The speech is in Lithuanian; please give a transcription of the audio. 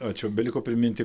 ačiū beliko priminti